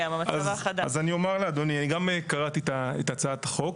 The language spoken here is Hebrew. אז אני אומר לאדוני, אני גם קראתי את הצעת החוק.